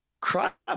crap